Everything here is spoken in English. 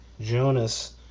Jonas